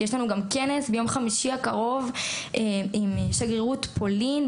ביום חמישי הקרוב יש לנו כנס בשיתוף שגרירות פולין,